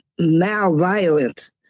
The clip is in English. malviolence